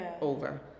Over